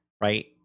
right